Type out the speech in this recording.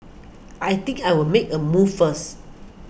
I think I'll make a move first